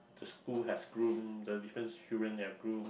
the school has groomed the different children have groomed